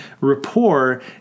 rapport